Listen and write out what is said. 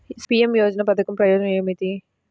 PM యోజన పధకం ప్రయోజనం ఏమితి?